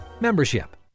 membership